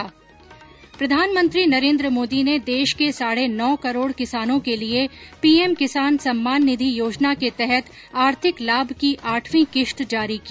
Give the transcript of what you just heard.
्र प्रधानमंत्री नरेन्द्र मोदी ने देश के साढ़े नौ करोड किसानों के लिए पीएम किसान सम्मान निधि योजना के तहत आर्थिक लाभ की आठवीं किस्त जारी की